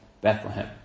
Bethlehem